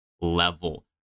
level